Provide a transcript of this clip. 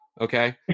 Okay